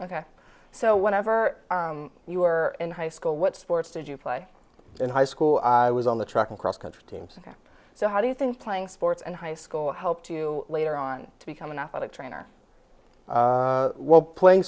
ok so whenever you were in high school what sports did you play in high school i was on the track and cross country teams so how do you think playing sports and high school helped to you later on to become an athletic trainer while play